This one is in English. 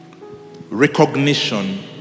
recognition